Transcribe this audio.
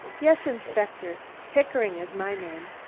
yes, inspector pickering is my name.